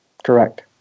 Correct